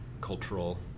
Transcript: cultural